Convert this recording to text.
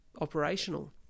operational